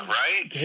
right